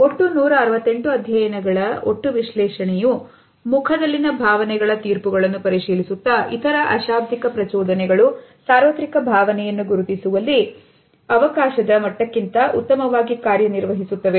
ಒಟ್ಟು 168 ಅಧ್ಯಯನಗಳ ಒಟ್ಟು ವಿಶ್ಲೇಷಣೆಯು ಮುಖದಲ್ಲಿನ ಭಾವನೆಗಳ ತೀರ್ಪುಗಳನ್ನು ಪರಿಶೀಲಿಸುತ್ತಾ ಇತರ ಆಶಾಬ್ದಿಕ ಪ್ರಚೋದನೆಗಳು ಸಾರ್ವತ್ರಿಕ ಭಾವನೆಯನ್ನು ಗುರುತಿಸುವಲ್ಲಿ ಅವಕಾಶದ ಮಟ್ಟಕ್ಕಿಂತ ಉತ್ತಮವಾಗಿ ಕಾರ್ಯನಿರ್ವಹಿಸುತ್ತವೆ